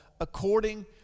according